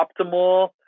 optimal